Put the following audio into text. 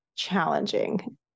Challenging